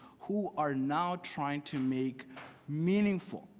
who are now trying to make meaningful,